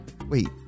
wait